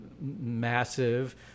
massive